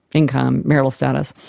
income, marital status.